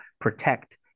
protect